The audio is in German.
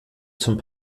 zum